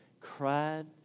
cried